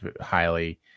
highly